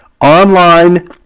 online